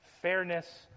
fairness